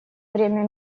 время